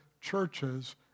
churches